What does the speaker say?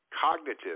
cognitive